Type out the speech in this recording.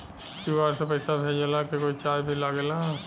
QR से पैसा भेजला के कोई चार्ज भी लागेला?